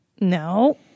No